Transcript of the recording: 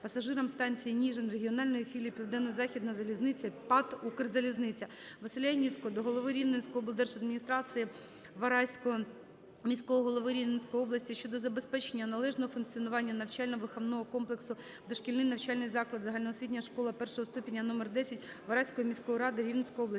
пасажирам станції Ніжин Регіональної філії "Південно-Західна залізниця" ПАТ "Укрзалізниця". Василя Яніцького до голови Рівненської облдержадміністрації, Вараського міського голови Рівненської області щодо забезпечення належного функціонування навчально-виховного комплексу "Дошкільний навчальний заклад - загальноосвітня школа І ступеня" №10 Вараської міської ради Рівненської області.